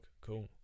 Cool